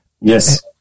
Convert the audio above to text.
Yes